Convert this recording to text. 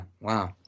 Wow